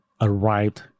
arrived